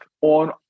on